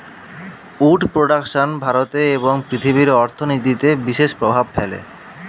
would production ভারতে এবং পৃথিবীর অর্থনীতিতে বিশেষ প্রভাব ফেলে